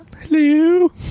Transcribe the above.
Hello